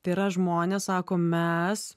tai yra žmonės sako mes